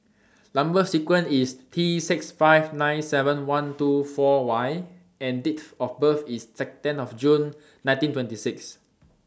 Number sequence IS T six five nine seven one two four Y and Date of birth IS ten June nineteen twenty six